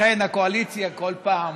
אכן הקואליציה כל פעם